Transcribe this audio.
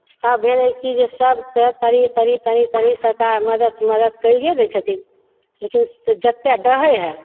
तब भेलय कि जे सब तनी तनी तनी तनी सरकार मदद करिये दै छथिन लेकिन जते डाहय हइ